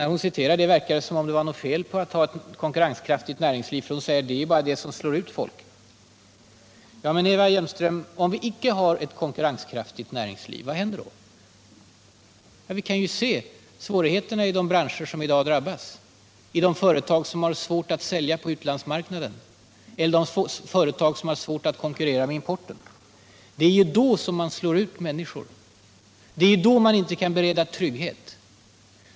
När hon citerar detta verkar det som om det var något fel på ett konkurrenskraftigt näringsliv. Hon säger: Det är ju det som slår ut folk. Hannar RA re —- Ja, men om vi inte har ett konkurrenskraftigt näringsliv — vad händer = Särskilda åtgärder då? Vi kan ju se på svårigheterna i de branscher som i dag drabbas, för att främja i de företag som har svårt att sälja på utlandsmarknaden eller de företag — sysselsättningen som har svårt att konkurrera med importen. Det är då man slår ut människor. Det är då man inte kan bereda trygghet.